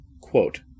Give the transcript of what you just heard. Quote